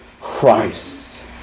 Christ